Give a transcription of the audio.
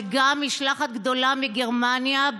וגם משלחת גדולה מגרמניה,